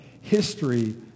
history